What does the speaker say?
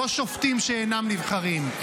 לא שופטים שאינם נבחרים.